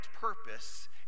purpose